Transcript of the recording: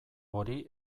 hori